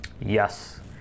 Yes